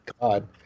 god